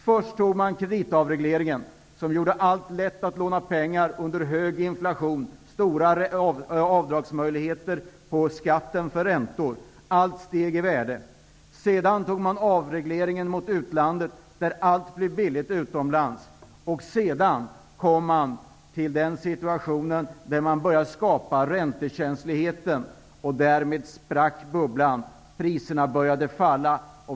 Först genomfördes kreditavregleringen, som gjorde det alltför lätt att låna pengar under hög inflation, med stora avdragsmöjligheter på skatten för räntan. Allt steg i värde. Sedan genomfördes en avreglering gentemot utlandet, då allt blev billigt utomlands. Vi kom till en situation som skapade räntekänslighet. Därmed sprack bubblan. Priserna började falla.